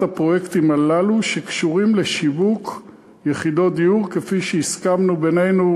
הפרויקטים הללו שקשורים לשיווק יחידות דיור כפי שהסכמנו בינינו,